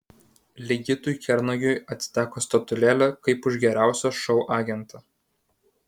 ligitui kernagiui atiteko statulėlė kaip už geriausią šou agentą